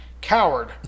Coward